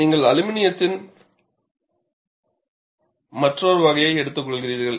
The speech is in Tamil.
எனவே நீங்கள் அலுமினியத்தின் மற்றொரு வகையை எடுத்துக்கொள்கிறீர்கள்